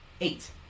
Eight